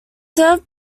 served